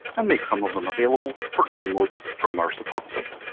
and make some of them available for download from our support site.